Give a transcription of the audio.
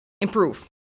improve